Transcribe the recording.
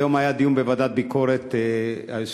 היום היה דיון בוועדה לביקורת המדינה.